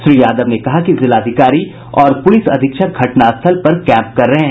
श्री यादव ने कहा कि जिलाधिकारी और प्रलिस अधीक्षक घटना स्थल पर कैंप कर रहे हैं